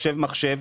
מחשב-מחשב,